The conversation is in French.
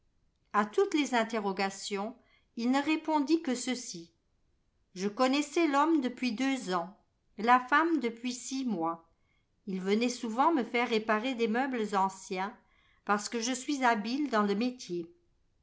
a toutes les interrogations il ne répondit que ceci je connaissais l'homme depuis deux ans la femme depuis six mois ils venaient souvent me faire réparer des meubles anciens parce que je suis habile dans le métier